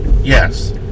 Yes